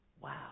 Wow